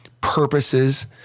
purposes